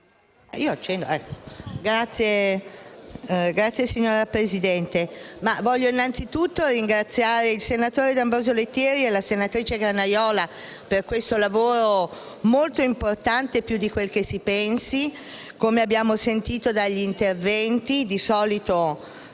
*(PD)*. Signora Presidente, voglio innanzitutto ringraziare i senatori D'Ambrosio Lettieri e Granaiola per questo lavoro, che è molto più importante di quel che si pensi, come abbiamo sentito dagli interventi. Di solito